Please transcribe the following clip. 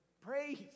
Praise